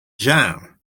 jam